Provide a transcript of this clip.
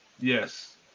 Yes